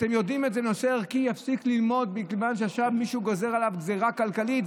ואף אחד מהם לא יפסיק ללמוד מכיוון שעכשיו מישהו גוזר עליו גזרה כלכלית.